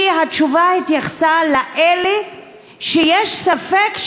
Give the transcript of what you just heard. כי התשובה התייחסה לאלה שיש לגביהם ספק,